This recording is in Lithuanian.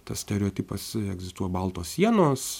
tas stereotipas egzistuoja baltos sienos